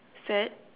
sad